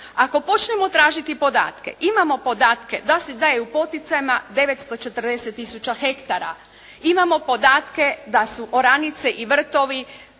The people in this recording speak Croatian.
Ako počnemo tražiti podatke imamo podatke da je u poticajima 940 tisuća hektara. Imamo podatke da su oranice i vrtovi